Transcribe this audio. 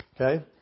Okay